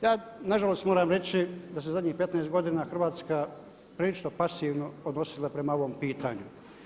Ja nažalost moram reći da se zadnjih 15 godina Hrvatska prilično pasivno odnosila prema ovom pitanju.